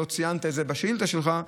לא ציינת את זה בשאילתה שלך,